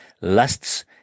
lusts